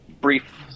brief